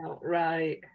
Right